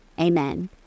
Amen